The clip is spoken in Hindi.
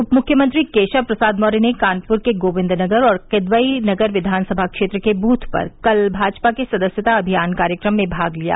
उपमुख्यमंत्री केशव प्रसाद मौर्य ने कानपुर के गोविन्दनगर और किदवई नगर विधानसभा क्षेत्र के दृथ पर कल भाजपा के सदस्यता अभियान कार्यक्रम में भाग लिया